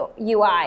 UI